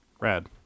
Rad